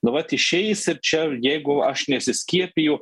nu vat išeis ir čia jeigu aš nesiskiepiju